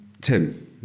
tim